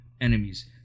enemies